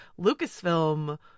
Lucasfilm